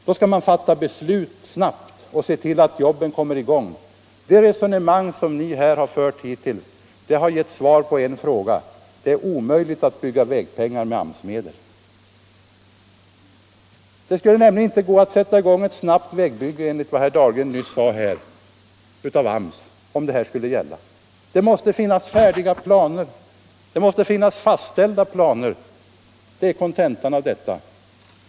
Då skall man fatta beslut snabbt och se till att jobben kommer i gång. Det resonemang som ni här har fört hittills har gett svar på en fråga: Det är omöjligt att bygga vägar med AMS-medel. Det skulle nämligen inte gå att sätta i gång ett snabbt vägbygge, enligt vad herr Dahlgren nyss sade, genom AMS om detta skulle gälla. Det måste finnas färdiga, fastställda planer, det är kontentan.